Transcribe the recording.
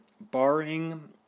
barring